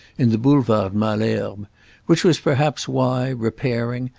in the boulevard malesherbes which was perhaps why, repairing,